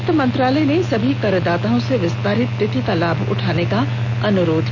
वित्त मंत्रालय ने सभी करदाताओं से विस्तारित तिथि का लाभ उठाने का अनुरोध किया है